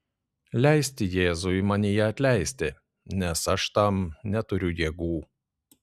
leisti jėzui manyje atleisti nes aš tam neturiu jėgų